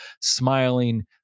smiling